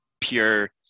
pure